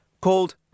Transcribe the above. called